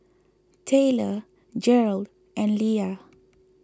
Tayler Gearld and Leah